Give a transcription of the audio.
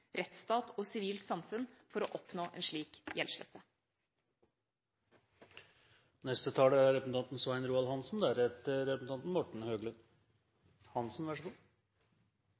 rettsstat og sivilt samfunn for å oppnå en slik